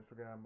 Instagram